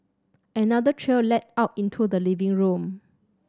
another trail led out into the living room